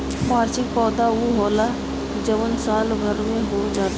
वार्षिक पौधा उ होला जवन साल भर में हो जाला